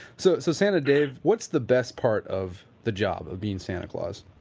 so so santa dave, what's the best part of the job of being santa claus?